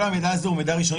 כל המידע הזה הוא מידע ראשוני,